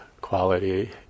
quality